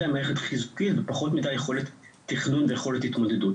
מערכת חיזוקים ופחות מידי יכולת תכנון ויכולת התמודדות.